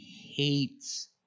hates